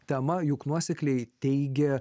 tema juk nuosekliai teigia